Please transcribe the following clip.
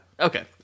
Okay